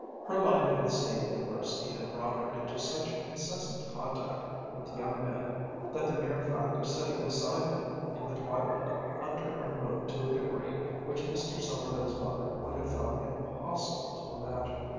her life in the state university had brought her into such incessant contact with young men that the mere fact of sitting beside one in the twilight left her unmoved to a degree which mr. sommerville's mother would have found impossible to imagine.